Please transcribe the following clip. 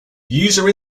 user